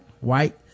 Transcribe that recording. white